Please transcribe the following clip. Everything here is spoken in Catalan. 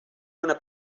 una